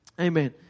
Amen